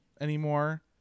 anymore